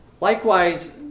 Likewise